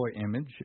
image